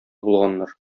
булганнар